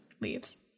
leaves